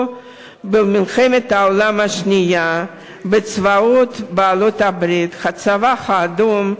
במלחמת העולם השנייה בצבאות בעלות-הברית: הצבא האדום,